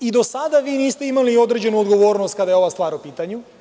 I do sada vi niste imali određenu odgovornost kada je ova stvar u pitanju.